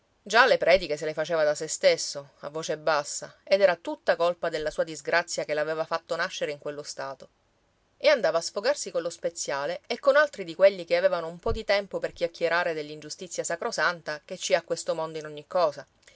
già le prediche se le faceva da se stesso a voce bassa ed era tutta colpa della sua disgrazia che l'aveva fatto nascere in quello stato e andava a sfogarsi collo speziale e con altri di quelli che avevano un po di tempo per chiacchierare dell'ingiustizia sacrosanta che ci è a questo mondo in ogni cosa